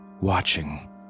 watching